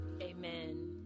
amen